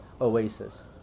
Oasis